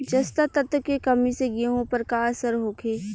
जस्ता तत्व के कमी से गेंहू पर का असर होखे?